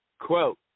quote